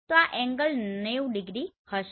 તો આ angle 90 degree હશે